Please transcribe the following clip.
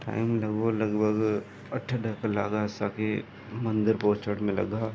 time लॻो लॻभॻि अठ ॾह कलाक लॻा असांखे मंदरु पहुचण में लॻा